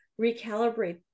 recalibrate